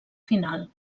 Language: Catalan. final